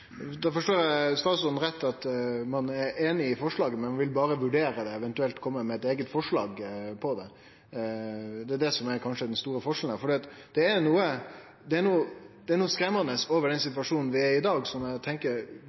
Forstår eg statsråden rett, er han einig i forslaget, men vil berre vurdere det, eventuelt kome med eit eige forslag på det. Det er kanskje det som er den store forskjellen når det gjeld dette. Det er noko skremmande over situasjonen vi er i i dag. Eg tenkjer vi kunne hatt eit kjempegodt grunnlag for eit nytt stort barnehageforlik, som